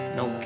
no